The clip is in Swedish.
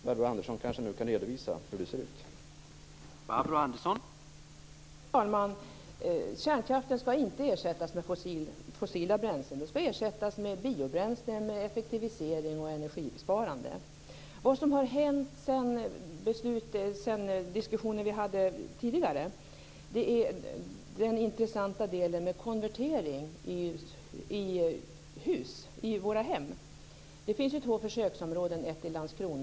Barbro Andersson kanske nu kan redovisa hur situationen ser ut.